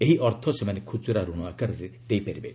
ଏହି ଅର୍ଥ ସେମାନେ ଖୁଚୁରା ଋଣ ଆକାରରେ ଦେଇପାରିବେ